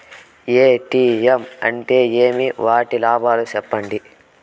ATM అంటే ఏమి? వాటి లాభాలు సెప్పండి